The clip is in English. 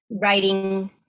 writing